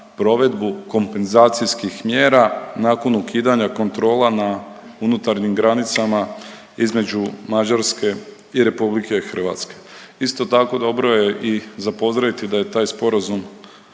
provedbu kompenzacijskih mjera nakon ukidanja kontrola na unutarnjim granicama između Mađarske i Republike Hrvatske. Isto tako dobro je i za pozdraviti da je taj sporazum